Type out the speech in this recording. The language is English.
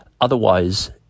Otherwise